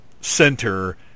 center